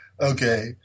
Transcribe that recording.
Okay